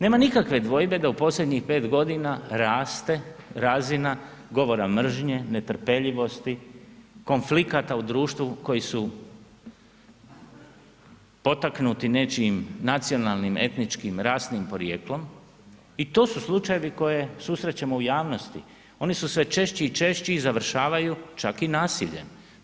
Nema nikakve dvojbe da u posljednjih 5 godina raste razina govora mržnje, netrpeljivosti, konflikata u društvu koji potaknuti nečijim nacionalnim, etničkim, rasnim porijeklom i to su slučajevi koje susrećemo u javnosti, oni su sve češći i češći i završavaju čak i nasiljem.